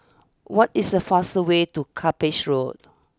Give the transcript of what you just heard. what is the fast way to Cuppage Road